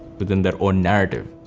within their own narrative.